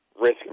risk